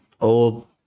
old